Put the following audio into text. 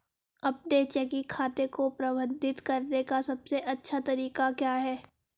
अपने चेकिंग खाते को प्रबंधित करने का सबसे अच्छा तरीका क्या है?